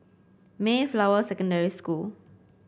Mayflower Secondary School